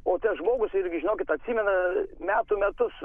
o tas žmogus irgi žinokit atsimena metų metus